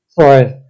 Sorry